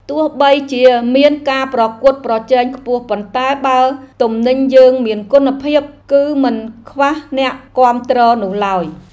ទោះបីជាមានការប្រកួតប្រជែងខ្ពស់ប៉ុន្តែបើទំនិញយើងមានគុណភាពគឺមិនខ្វះអ្នកគាំទ្រនោះឡើយ។